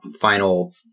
final